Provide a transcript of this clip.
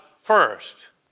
first